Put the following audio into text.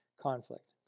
conflict